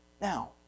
Now